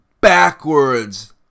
backwards